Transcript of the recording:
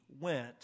went